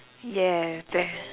yes that